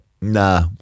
Nah